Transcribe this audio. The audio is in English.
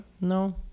No